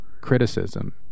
criticism